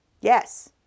Yes